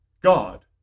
God